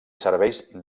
serveix